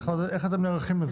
איך אתם נערכים לזה?